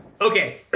Okay